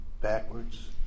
backwards